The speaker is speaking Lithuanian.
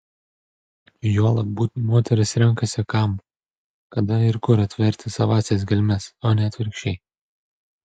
juolab būtent moteris renkasi kam kada ir kur atverti savąsias gelmes o ne atvirkščiai